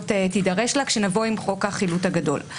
תידרש לה כשנבוא עם חוק החילוט הגדול.